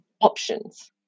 options